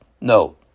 No